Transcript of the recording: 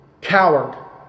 coward